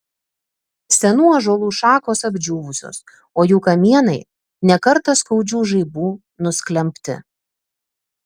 senų ąžuolų šakos apdžiūvusios o jų kamienai ne kartą skaudžių žaibų nusklembti